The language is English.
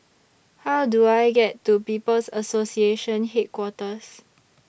How Do I get to People's Association Headquarters